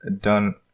done